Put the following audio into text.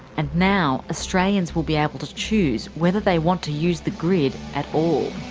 and now australians will be able to choose whether they want to use the grid at all.